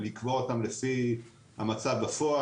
ולקבוע אותם לפי המצב בפועל.